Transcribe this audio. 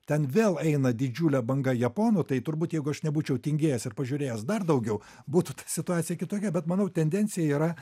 ten vėl eina didžiulė banga japonų tai turbūt jeigu aš nebūčiau tingėjęs ir pažiūrėjęs dar daugiau būtų ta situacija kitokia bet manau tendencija yra